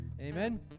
Amen